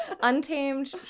Untamed